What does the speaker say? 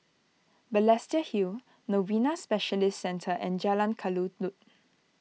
Balestier Hill Novena Specialist Centre and Jalan Kelulut